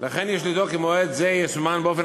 ולכן יש לדאוג כי מועד זה יסומן באופן